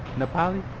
nepali?